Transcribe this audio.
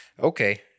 Okay